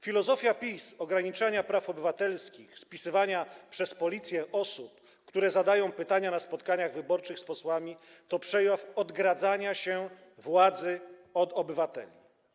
Filozofia PiS ograniczania praw obywatelskich, spisywania przez policję osób, które zadają pytania na spotkaniach wyborczych z posłami, to przejaw odgradzania się władzy od obywateli.